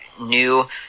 new